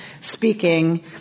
speaking